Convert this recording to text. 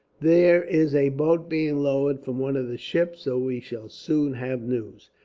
there is a boat being lowered from one of the ships, so we shall soon have news.